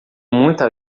muita